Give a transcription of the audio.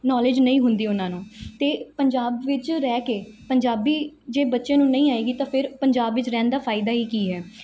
knowledge ਨਹੀਂ ਹੁੰਦੀ ਉਹਨਾਂ ਨੂੰ ਅਤੇ ਪੰਜਾਬ ਵਿੱਚ ਰਹਿ ਕੇ ਪੰਜਾਬੀ ਜੇ ਬੱਚੇ ਨੂੰ ਨਹੀਂ ਆਏਗੀ ਤਾਂ ਫਿਰ ਪੰਜਾਬ ਵਿੱਚ ਰਹਿਣ ਦਾ ਫਾਇਦਾ ਹੀ ਕੀ ਹੈ